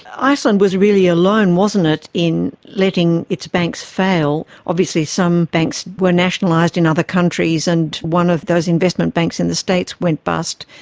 iceland was really alone, wasn't it, in letting its banks fail. obviously some banks were nationalised in other countries, and one of those investment banks in the states went bust.